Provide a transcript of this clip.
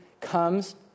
comes